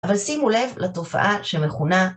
אבל שימו לב לתופעה שמכונה.